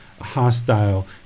hostile